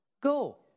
go